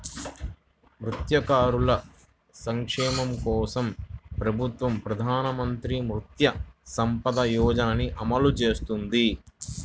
మత్స్యకారుల సంక్షేమం కోసం ప్రభుత్వం ప్రధాన మంత్రి మత్స్య సంపద యోజనని అమలు చేస్తోంది